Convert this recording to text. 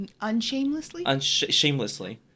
Unshamelessly